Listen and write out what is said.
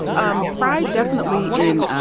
um pride definitely in